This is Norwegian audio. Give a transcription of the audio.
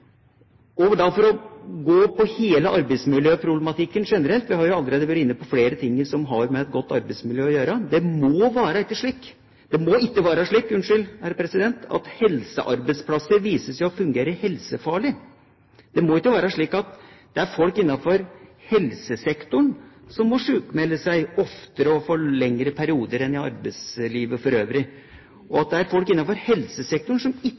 For å ta hele arbeidsmiljøproblematikken generelt – vi har allerede vært inne på flere ting som har med et godt arbeidsmiljø å gjøre – må det ikke være slik at helsearbeidsplasser viser seg å være helsefarlige. Det må ikke være slik at folk innenfor helsesektoren må sykmelde seg oftere og for lengre perioder enn andre i arbeidslivet for øvrig, og at folk innenfor helsesektoren som ikke